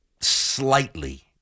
slightly